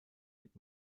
mit